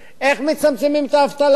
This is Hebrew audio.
איך מצמצמים את האבטלה,